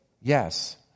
Yes